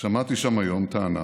שמעתי שם היום טענה